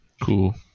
Cool